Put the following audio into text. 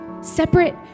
separate